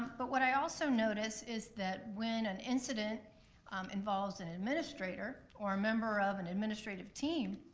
but what i also noticed is that when an incident involves an administrator, or a member of an administrative team,